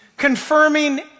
confirming